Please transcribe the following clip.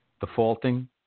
defaulting